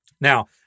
Now